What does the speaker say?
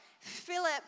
Philip